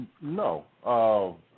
No